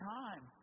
time